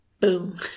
Boom